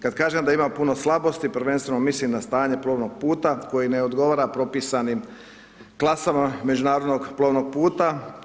Kada kažem da ima puno slabosti prvenstveno mislim na stanje plovnog puta koji ne odgovara propisanim klasama međunarodnog plovnog puta.